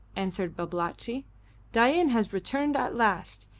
answered babalatchi dain has returned at last.